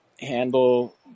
handle